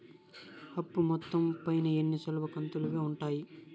అప్పు మొత్తం పైన ఎన్ని సులభ కంతులుగా ఉంటాయి?